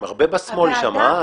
הם הרבה בשמאל שם, הא?